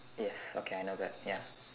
yes okay I know that ya